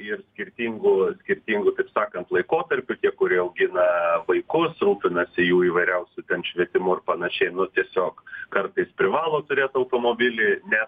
ir skirtingų skirtingų taip sakant laikotarpių tie kurie augina vaikus rūpinasi jų įvairiausiu ten švietimu ir panašiai tiesiog kartais privalo turėt automobilį ne